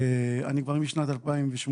אני יושב פה משנת 2018,